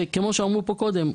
וכמו שאמרו כאן קודם,